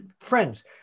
friends